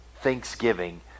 thanksgiving